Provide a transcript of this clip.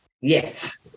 Yes